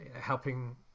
helping